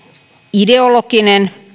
ideologinen